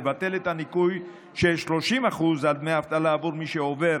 מוצע לבטל את הניכוי של 30% מדמי אבטלה בעבור מי שעובר